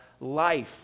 life